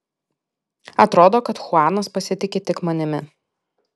atrodo kad chuanas pasitiki tik manimi